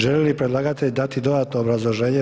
Želi li predlagatelj dati dodatno obrazloženje?